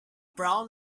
brown